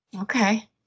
Okay